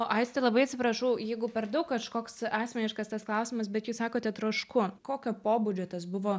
o aiste labai atsiprašau jeigu per daug kažkoks asmeniškas tas klausimas bet jūs sakote trošku kokio pobūdžio tas buvo